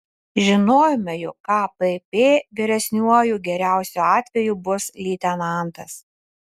žinojome jog kpp vyresniuoju geriausiu atveju bus leitenantas